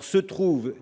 Se trouvent